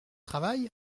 travail